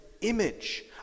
image